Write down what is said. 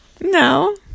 No